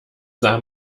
sah